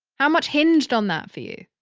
how much hinged on that for you?